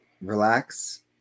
relax